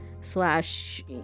slash